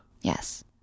Yes